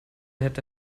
hätte